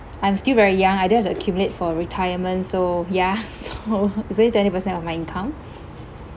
I'm still very young I don't have to accumulate for retirement so ya so it's only twenty percent of my income